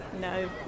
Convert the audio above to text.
No